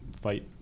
fight